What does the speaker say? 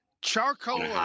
charcoal